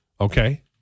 Okay